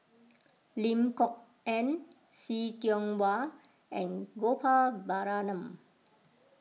Lim Kok Ann See Tiong Wah and Gopal Baratham